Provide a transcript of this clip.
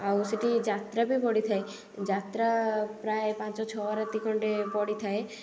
ଆଉ ସେଠି ଯାତ୍ରା ବି ପଡ଼ିଥାଏ ଯାତ୍ରା ପ୍ରାୟ ପାଞ୍ଚ ଛଅ ରାତି ଖଣ୍ଡେ ପଡ଼ିଥାଏ